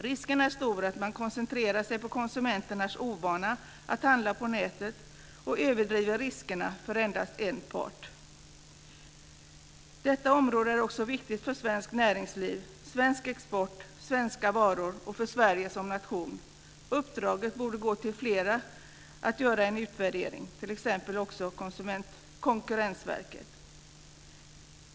Risken är stor att man koncentrerar sig på konsumenternas ovana att handla på nätet och överdriver riskerna för endast en part. Detta område är också viktigt för svenskt näringsliv, svensk export och svenska varor och för Sverige som nation. Uppdraget att göra en utvärdering borde gå till flera, t.ex. Konkurrensverket.